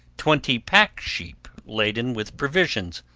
twenty pack-sheep laden with provisions,